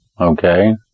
Okay